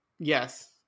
Yes